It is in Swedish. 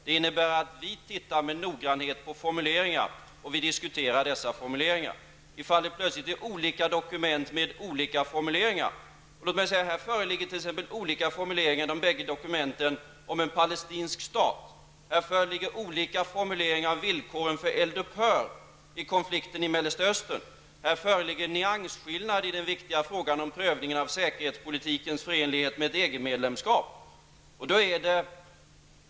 Det innebär att vi noggrant tittar på formuleringar och att vi diskuterar dessa formuleringar. I detta fall är det plötsligt olika dokument med olika formuleringar. Det föreligger t.ex. olika formuleringar i de bägge dokumenten om en palestinsk stat, det föreligger olika formuleringar när det gäller villkoren för eldupphör i konflikten i Mellersta Östern och det föreligger nyansskillnader i den viktiga frågan om prövningen av säkerhetspolitikens förenlighet med ett EG-medlemskap.